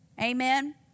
Amen